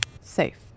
Safe